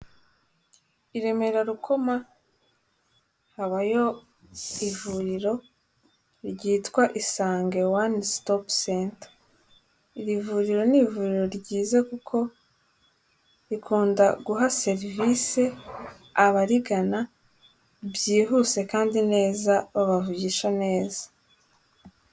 I Remera rukoma, habayo ivuriro ryitwa Isange ne stop center, iri vuriro ni ivuriro ryiza kuko, rikunda guha serivisi abarigana, byihuse kandi neza, babavugisha neza.